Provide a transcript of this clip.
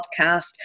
podcast